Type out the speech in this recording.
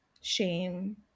shame